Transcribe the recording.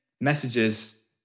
messages